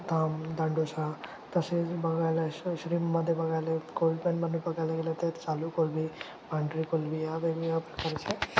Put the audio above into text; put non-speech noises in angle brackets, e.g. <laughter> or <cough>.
ताम दांडोशा तसेच बघायला शि श्रींमध्ये बघायला कोळी <unintelligible> बघायला गेलं तर चालू कोलंबी पांढरी कोलंबी या वेगवेगळ्या प्रकारचे